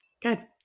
Good